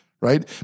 right